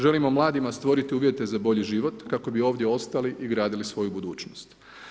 Želimo mladima stvoriti uvjete za bolji život kako bi ovdje ostali i gradili svoju budućnost.